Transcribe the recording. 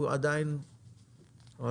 והוא עדיין רשאי.